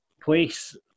place